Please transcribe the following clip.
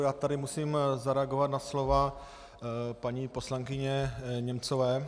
Já tady musím zareagovat na slova paní poslankyně Němcové.